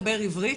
דבר עברית,